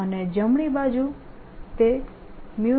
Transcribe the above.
અને જમણી બાજુ તે 0